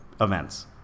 events